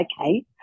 okay